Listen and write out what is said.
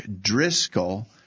driscoll